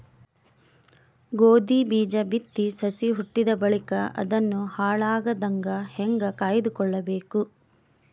ಗೋಧಿ ಬೀಜ ಬಿತ್ತಿ ಸಸಿ ಹುಟ್ಟಿದ ಬಳಿಕ ಅದನ್ನು ಹಾಳಾಗದಂಗ ಹೇಂಗ ಕಾಯ್ದುಕೊಳಬೇಕು?